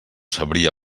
sabria